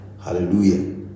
Hallelujah